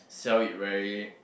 sell it very